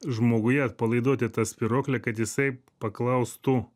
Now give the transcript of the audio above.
žmoguje atpalaidoti tą spyruoklę kad jisai paklaustų